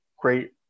great